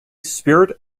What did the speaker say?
spirit